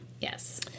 Yes